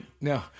No